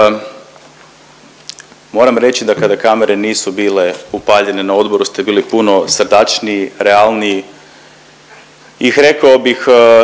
Moram reći da kada kamere nisu bile upaljene na odboru ste bili puno srdačniji, realniji i rekao bih